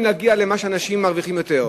להגיע למה שאנשים שמרוויחים יותר מגיעים.